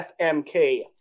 FMK